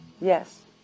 Yes